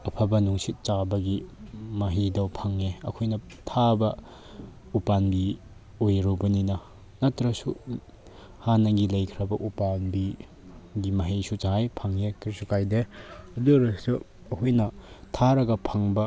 ꯑꯐꯕ ꯅꯨꯡꯁꯤꯠ ꯆꯥꯕꯒꯤ ꯃꯍꯩꯗꯣ ꯐꯪꯉꯦ ꯑꯩꯈꯣꯏꯅ ꯊꯥꯕ ꯎꯄꯥꯝꯕꯤ ꯑꯣꯏꯔꯨꯕꯅꯤꯅ ꯅꯠꯇ꯭ꯔꯒꯁꯨ ꯍꯥꯟꯅꯒꯤ ꯂꯩꯈ꯭ꯔꯕ ꯎꯄꯥꯝꯕꯤꯒꯤ ꯃꯍꯩꯁꯨ ꯆꯥꯏ ꯐꯪꯉꯦ ꯀꯔꯤꯁꯨ ꯀꯥꯏꯗꯦ ꯑꯗꯨ ꯑꯣꯏꯔꯁꯨ ꯑꯩꯈꯣꯏꯅ ꯊꯥꯔꯒ ꯐꯪꯕ